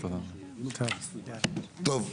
טוב.